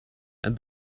and